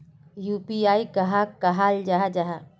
UPI कहाक कहाल जाहा जाहा?